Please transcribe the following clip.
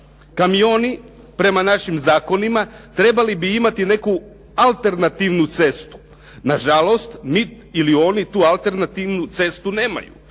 Kamioni prema naših zakonima trebali bi imati neku alternativnu cestu. Na žalost mi ili oni tu alternativnu cestu nemaju.